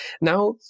Now